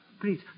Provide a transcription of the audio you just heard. Please